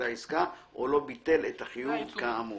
העסקה או לא ביטל את החיוב כאמור,"